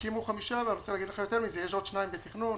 הקימו חמישה ואני רוצה להגיד לך יותר מזה: יש עוד שניים בתכנון,